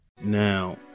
Now